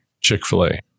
Chick-fil-A